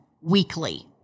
weekly